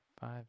five